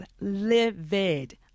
livid